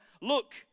Look